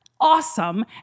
Awesome